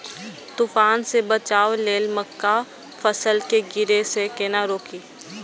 तुफान से बचाव लेल मक्का फसल के गिरे से केना रोकी?